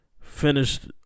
finished